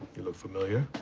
you look familiar.